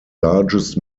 largest